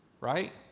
right